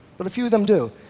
but a few of them do,